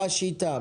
מה השיטה?